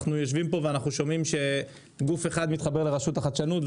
אנחנו יושבים פה ואנחנו שומעים שגוף אחד מתחבר לרשות החדשנות,